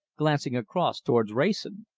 glancing across towards wrayson.